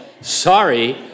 sorry